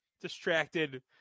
distracted